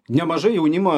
nemažai jaunimo